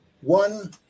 One